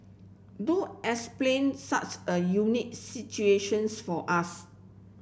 do explain such a unique situations for us